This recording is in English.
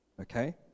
Okay